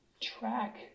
track